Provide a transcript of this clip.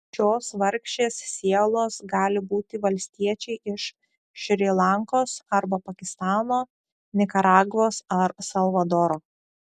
šios vargšės sielos gali būti valstiečiai iš šri lankos arba pakistano nikaragvos ar salvadoro